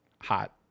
hot